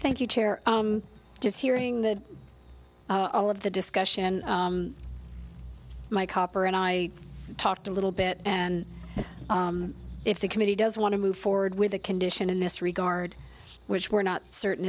thank you chair just hearing that all of the discussion my copper and i talked a little bit and if the committee does want to move forward with a condition in this regard which we're not certain